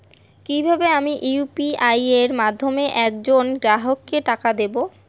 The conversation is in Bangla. কিভাবে আমি ইউ.পি.আই এর মাধ্যমে এক জন গ্রাহককে টাকা দেবো?